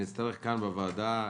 נצטרך כאן בוועדה,